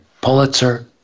Pulitzer